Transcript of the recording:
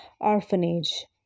orphanage